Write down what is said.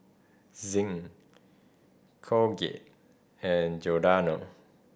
Zinc Colgate and Giordano